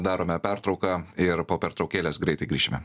darome pertrauką ir po pertraukėlės greitai grįšime